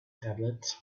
tablet